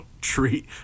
treat